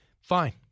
fine